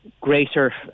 greater